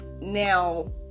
now